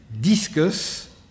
discuss